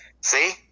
See